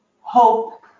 hope